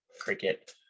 cricket